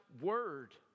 Word